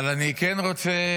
אבל אני כן רוצה